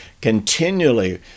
continually